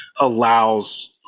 allows